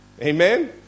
Amen